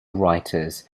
writers